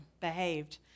behaved